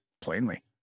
plainly